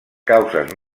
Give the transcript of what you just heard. causes